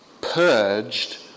purged